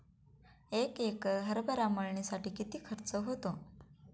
एक एकर हरभरा मळणीसाठी किती खर्च होतो?